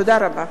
תודה רבה.